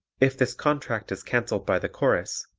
if this contract is cancelled by the chorus,